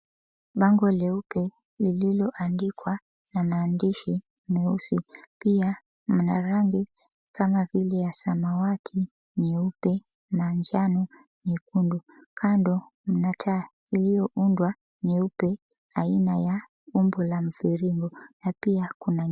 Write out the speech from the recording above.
Bango leupe lililoandikwa na maandishi meusi. Pia mna rangi kama vile ya samawati, nyeupe, manjano, nyekundu. Kando mna taa iliyoundwa nyeupe aina ya umbo la mviringo na pia kuna...